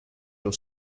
your